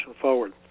forward